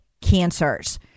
cancers